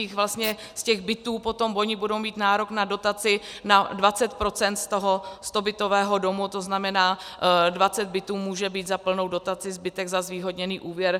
Z těch bytů potom oni budou mít nárok na dotaci na 20 % z toho stobytového domu, to znamená, 20 bytů může být za plnou dotaci, zbytek za zvýhodněný úvěr.